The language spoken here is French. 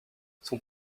son